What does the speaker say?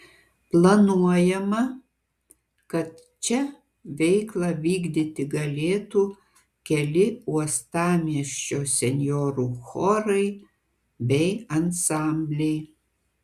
planuojama kad čia veiklą vykdyti galėtų keli uostamiesčio senjorų chorai bei ansambliai